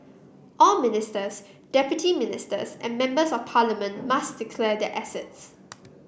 all ministers deputy ministers and members of parliament must declare their assets